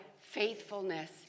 faithfulness